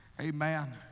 amen